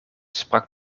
sprak